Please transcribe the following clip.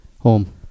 home